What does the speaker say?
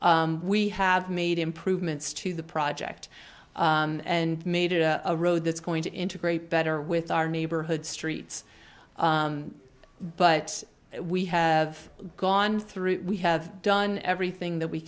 have made improvements to the project and made it a road that's going to integrate better with our neighborhood streets but we have gone through we have done everything that we